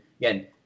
again